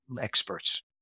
experts